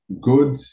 good